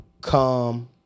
come